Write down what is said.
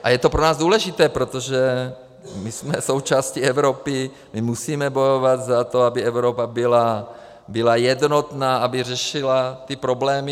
A je to pro nás důležité, protože my jsme součástí Evropy, my musíme bojovat za to, aby Evropa byla jednotná, aby řešila ty problémy.